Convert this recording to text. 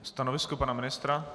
Stanovisko pana ministra?